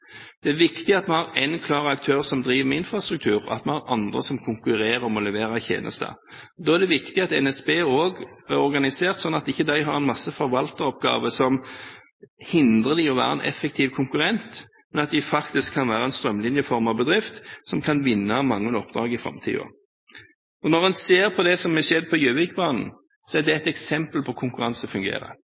Det er viktig at vi har én klar aktør som driver med infrastruktur, og at vi har andre som konkurrerer om å levere tjenester. Da er det viktig at NSB også er organisert sånn at de ikke har en masse forvalteroppgaver som hindrer dem i å være en effektiv konkurrent, men at de faktisk kan være en strømlinjeformet bedrift som kan vinne mange oppdrag i framtiden. Det som har skjedd på Gjøvikbanen, er et eksempel på